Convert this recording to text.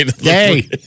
Hey